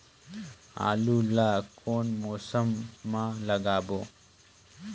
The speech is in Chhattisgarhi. आलू ला कोन मौसम मा लगाबो?